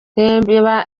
reba